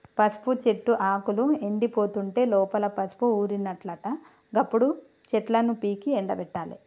పసుపు చెట్టు ఆకులు ఎండిపోతుంటే లోపల పసుపు ఊరినట్లట గప్పుడు చెట్లను పీకి ఎండపెట్టాలి